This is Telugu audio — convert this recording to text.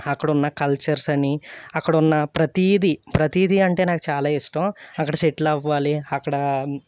అక్కడున్న కల్చర్సని అక్కడున్న ప్రతీది ప్రతీది అంటే నాకు చాలా ఇష్టం అక్కడ సెటిల్ అవ్వాలి అక్కడ